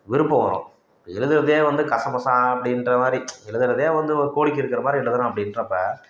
விருப்பம் வரும் எழுதுகிறதே வந்து கசமுசா அப்படின்ற மாதிரி எழுதுகிறதே வந்து ஒரு கோழி கிறுக்கற மாதிரி எழுதினோம் அப்படின்றப்ப